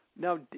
Now